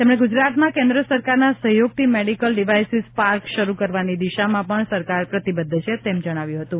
તેમણે ગુજરાતમાં કેન્દ્ર સરકારના સહયોગથી મેડીકલ ડીવાઇસીસ પાર્ક શરૂ કરવાની દિશામાં પણ સરકાર પ્રતિબધ્ધ છે તેમ જણાવ્યું હતું